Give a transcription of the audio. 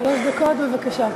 שלוש דקות, בבקשה.